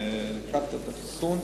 לקבל את החיסון.